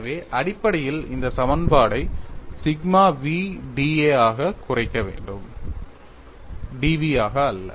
எனவே அடிப்படையில் இந்த சமன்பாடு ஐ சிக்மா v dA ஆக குறைக்க வேண்டும் dv ஆக அல்ல